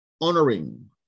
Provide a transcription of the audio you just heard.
honoring